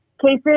cases